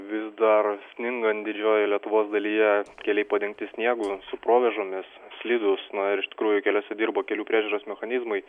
vis dar sningant didžiojoj lietuvos dalyje keliai padengti sniegu su provėžomis slidūs na ir iš tikrųjų keliuose dirba kelių priežiūros mechanizmai